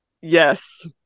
Yes